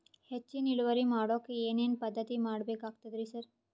ಹೆಚ್ಚಿನ್ ಇಳುವರಿ ಮಾಡೋಕ್ ಏನ್ ಏನ್ ಪದ್ಧತಿ ಮಾಡಬೇಕಾಗ್ತದ್ರಿ ಸರ್?